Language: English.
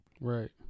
Right